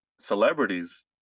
celebrities